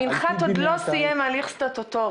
המנחת עוד לא סיים הליך סטטוטורי.